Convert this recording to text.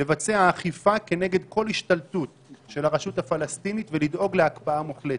לבצע אכיפה כנגד כל השתלטות של הרשות הפלסטינית ולדאוג להקפאה מוחלטת.